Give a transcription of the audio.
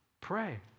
Pray